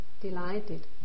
delighted